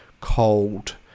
cold